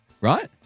right